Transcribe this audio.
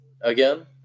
again